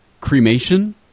Cremation